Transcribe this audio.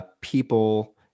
people